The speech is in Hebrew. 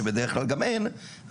שבדרך כלל גם אין,